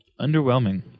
Underwhelming